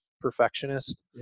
perfectionist